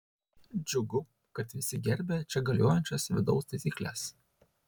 džiugu kad visi gerbia čia galiojančias vidaus taisykles